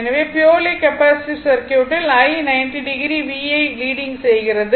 எனவே purely capacitive சர்க்யூட்டில் I 90 o V யை லீடிங் செய்கிறது